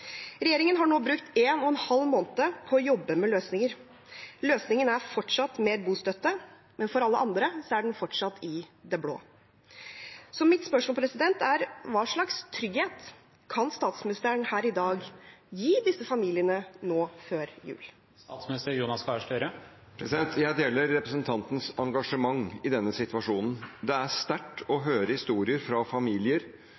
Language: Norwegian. Regjeringen har nå brukt en og en halv måned på å jobbe med løsninger. Løsningen er fortsatt mer bostøtte, men for alle andre er det fortsatt i det blå, så mitt spørsmål er: Hva slags trygghet kan statsministeren her i dag gi disse familiene nå før jul? Jeg deler representantens engasjement i denne situasjonen. Det er sterkt å